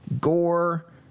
Gore